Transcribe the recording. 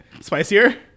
spicier